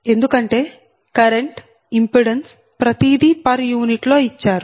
ఎందుకంటే current impedance ప్రతి దీ పర్ యూనిట్ లో ఇచ్చారు